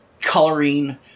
coloring